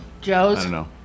Joe's